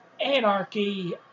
anarchy